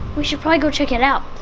we should probably go check it out!